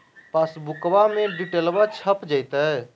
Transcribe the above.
पासबुका में डिटेल्बा छप जयते?